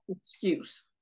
excuse